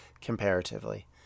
comparatively